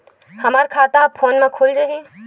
हमर खाता ह फोन मा खुल जाही?